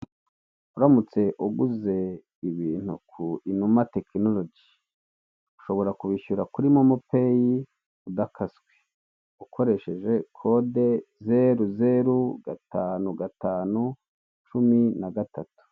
Uramutse uguze ibintu ku INUMA TECHNOLOGY, ushobora kubishyura kuri Momo Pay udakaswe, ukoresheje kode zeru, zeru, gatanu, gatanu, cumi na gatatu.